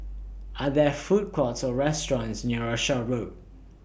Are There Food Courts Or restaurants near Rochor Road